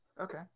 Okay